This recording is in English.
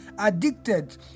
addicted